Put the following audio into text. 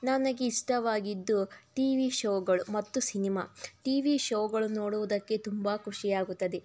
ನನಗಿಷ್ಟವಾಗಿದ್ದು TV ಶೋಗಳು ಮತ್ತು cinema TV ಶೋಗಳು ನೋಡುವುದಕ್ಕೆ ತುಂಬ ಖುಷಿಯಾಗುತ್ತದೆ